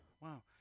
Wow